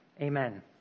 Amen